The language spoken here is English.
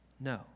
No